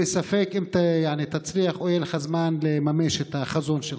וספק אם תצליח או יהיה לך זמן לממש את החזון שלך.